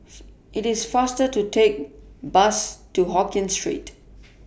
IT IS faster to Take Bus to Hokkien Street